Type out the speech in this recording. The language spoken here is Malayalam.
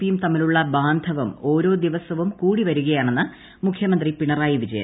പിയും തമ്മിലുള്ള ബാന്ധവം ഓരോ ദിവസവും കൂടി വരികയാണെന്നന്ന് മുഖ്യമന്ത്രി പിണറായി വിജയൻ